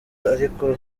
ariko